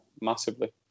massively